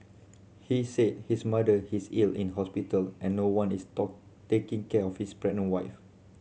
he said his mother is ill in hospital and no one is taking care of his pregnant wife